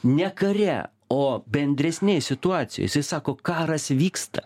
ne kare o bendresnėj situacijoj jisai sako karas vyksta